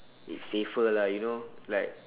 it's safer lah you know like